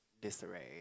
disarray